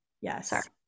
yes